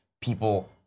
people